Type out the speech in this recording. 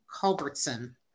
Culbertson